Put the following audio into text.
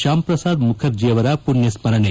ಶ್ಯಾಮ್ ಪ್ರಸಾದ್ ಮುಖರ್ಜಿಯವರ ಪುಣ್ಯಸ್ತರಣೆ